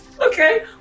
Okay